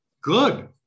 good